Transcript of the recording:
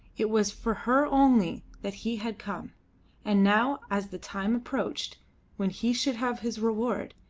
it was for her only that he had come and now as the time approached when he should have his reward,